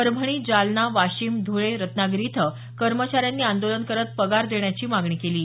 परभणी जालना वाशिम धुळे रत्नागिरी इथं कर्मचाऱ्यांनी आंदोलन करत पगार देण्याची मागणी केली आहे